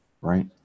right